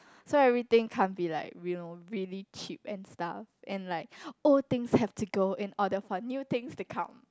so everything can't be like you know really cheap and stuff and like all things have to go in order for new things to come